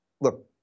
Look